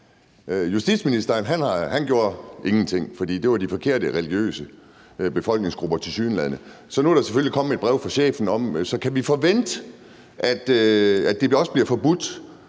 Justitsministeren gjorde ingenting, for det var tilsyneladende de forkerte religiøse befolkningsgrupper, så nu er der selvfølgelig kommet et brev fra chefen om det. Så kan vi forvente, at det også bliver forbudt